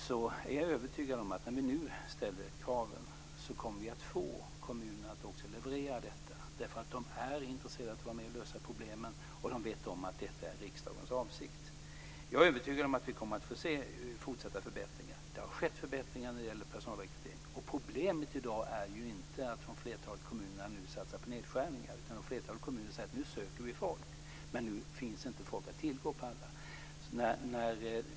Jag är övertygad om att när vi nu ställer krav kommer kommunerna också att uppfylla dem, för de är intresserade av att vara med och lösa problemen och de vet att detta är riksdagens avsikt. Jag är övertygad om att vi kommer att få se fortsatta förbättringar. Det har skett förbättringar när det gäller personalrekrytering. Problemet i dag är inte att kommunerna satsar på nedskärningar: Flertalet kommuner söker folk, men det finns inte folk att tillgå överallt.